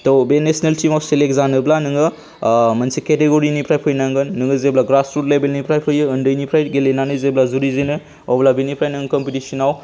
त' बे नेसनेल टीमाव सेलेक्ट जानोब्ला नोङो मोनसे केटेग'रिनिफ्राय फैनांगोन नोङो जेब्ला ग्रासरुट लेबेलनिफ्राय फैयो उन्दैनिफ्राय गेलेनानै जेब्ला जुरिजेनो अब्ला बिनिफ्राय नों कम्पिटिस'नाव